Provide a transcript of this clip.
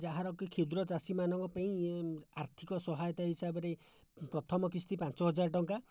ଯାହାରକି କ୍ଷୁଦ୍ର ଚାଷୀମାନଙ୍କ ପାଇଁ ଏ ଆର୍ଥିକ ସହୟତା ହିସାବରେ ପ୍ରଥମ କିସ୍ତି ପାଞ୍ଚହଜାର ଟଙ୍କା